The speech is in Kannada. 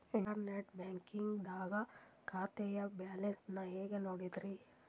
ಇಂಟರ್ನೆಟ್ ಬ್ಯಾಂಕಿಂಗ್ ದಾಗ ಖಾತೆಯ ಬ್ಯಾಲೆನ್ಸ್ ನ ಹೆಂಗ್ ನೋಡುದ್ರಿ?